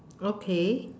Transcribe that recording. okay